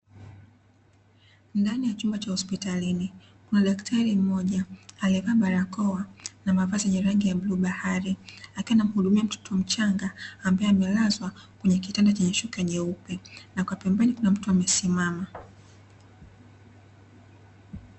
Ndani ya chumba cha hospitalini kuna Daktari mmoja aliyevaa barakoa na mavazi yenye rangi ya bluu bahari akiwa anamhudumia mtoto mchanga aliyekuwa amelazwa kwenye kitanda chenye shuka jeupe na pembeni kuna mtu amesimama.